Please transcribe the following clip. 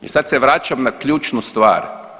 I sad se vraćam na ključnu stvar.